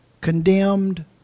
condemned